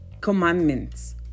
commandments